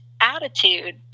attitude